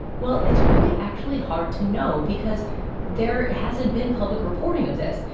well, it's really actually hard to know because there hasn't been public reporting of this.